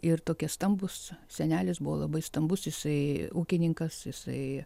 ir tokie stambūs senelis buvo labai stambus jisai ūkininkas jisai